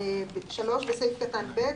(3) בסעיף קטן (ב),